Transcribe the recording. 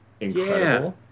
incredible